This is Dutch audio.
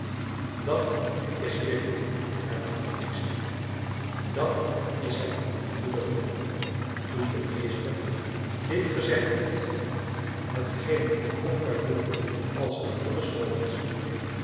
dat is billijk hernam de meester dat is zijn verdiende loon toen de meester dit gezegd had hetgeen voor compayrou als een